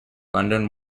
london